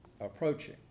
approaching